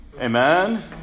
Amen